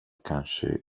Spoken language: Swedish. kanske